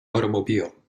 automobile